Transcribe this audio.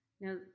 Now